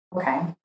okay